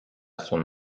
son